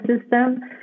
system